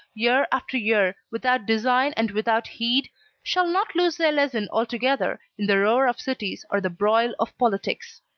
year after year, without design and without heed shall not lose their lesson altogether, in the roar of cities or the broil of politics.